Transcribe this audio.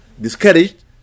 Discouraged